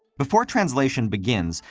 before translation begins,